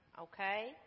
okay